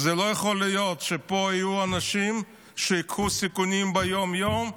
זה לא יכול להיות שיהיו פה אנשים שייקחו סיכונים יום-יום,